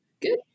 Good